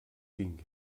ging